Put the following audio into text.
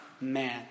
man